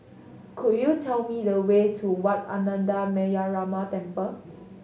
could you tell me the way to Wat Ananda Metyarama Temple